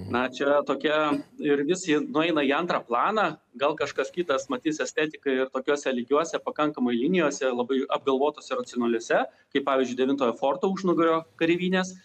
na čia tokia ir vis ji nueina į antrą planą gal kažkas kitas matys estetiką ir tokiuose lygiuose pakankamai linijose labai apgalvotose racionaliose kaip pavyzdžiui devintojo forto užnugario kareivinės